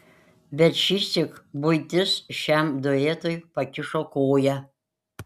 bet šįsyk buitis šiam duetui pakišo koją